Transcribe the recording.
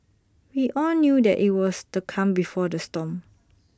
we all knew that IT was the calm before the storm